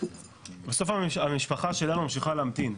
בסוף המשפחה שלנו ממשיכה להמתין,